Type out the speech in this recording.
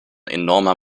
enormer